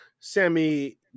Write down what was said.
Sammy